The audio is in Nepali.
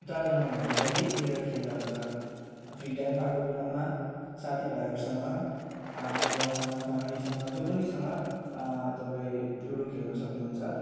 चारजनाभन्दा बढी मिलेर खेल्दा हुन्छ फ्री टाइम पाएको बेलामा साथी भाइहरूसँग आमा बाउसँग फेमिलीसँग जो पनिसँग तपाईँ लुडो खेल्न सक्नुहुन्छ